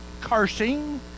cursing